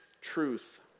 truth